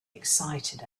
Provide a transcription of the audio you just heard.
excited